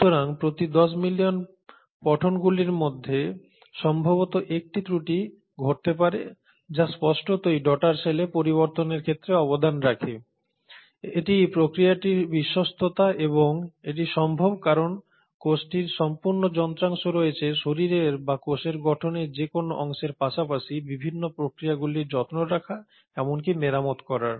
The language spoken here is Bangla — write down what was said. সুতরাং প্রতি 10 মিলিয়ন পঠনগুলির মধ্যে সম্ভবত 1 টি ত্রুটি ঘটতে পারে যা স্পষ্টতই ডটার সেলে পরিবর্তনের ক্ষেত্রে অবদান রাখে এটি প্রক্রিয়াটির বিশ্বস্ততা এবং এটি সম্ভব কারণ কোষটির সম্পূর্ণ যন্ত্রাংশ রয়েছে শরীরের বা কোষের গঠনের যেকোন অংশের পাশাপাশি বিভিন্ন প্রক্রিয়াগুলির যত্ন রাখা এমনকি মেরামত করার